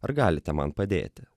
ar galite man padėti